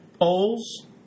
polls